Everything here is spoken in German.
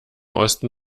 osten